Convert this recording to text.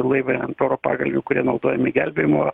laivai ant oro pagalvių kurie naudojami gelbėjimo